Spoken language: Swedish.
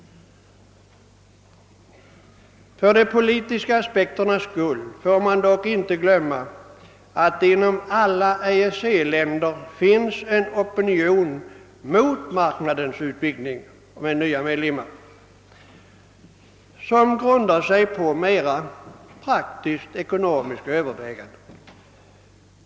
För de politiska aspekternas skull bör man dock inte glömma att det inom alla EEC-länder finns en opinion mot att utöka marknaden med nya medlemmar, en opinion som grundar sig på mera praktisk-ekonomiska överväganden.